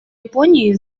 японии